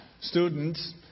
students